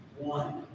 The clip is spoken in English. one